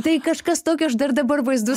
tai kažkas tokio aš dar dabar vaizdus